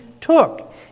took